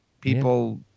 people